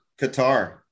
Qatar